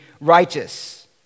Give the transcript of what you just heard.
righteous